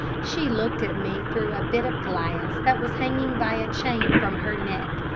she looked at me through a bit of glass that was hanging by a chain from her neck,